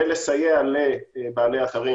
ולסייע לבעלי אתרים,